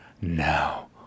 now